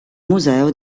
museo